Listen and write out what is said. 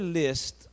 list